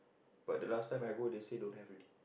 but the last time I go they say don't have already